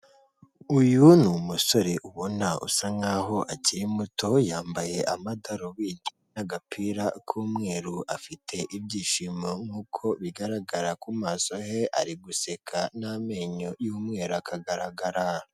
Uyu ni umusore ubona usa nk'aho akiri muto yambaye amadarubindi n'agapira k'umweru afite ibyishimo nk'uko bigaragara ku maso he, ari guseka n'amenyo y'umweru akagaragara.